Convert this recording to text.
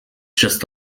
just